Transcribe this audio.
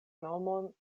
nomon